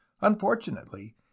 Unfortunately